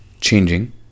changing